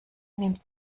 nimmt